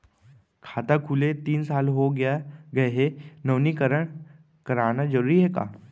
खाता खुले तीन साल हो गया गये हे नवीनीकरण कराना जरूरी हे का?